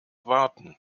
warten